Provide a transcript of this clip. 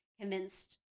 convinced